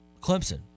Clemson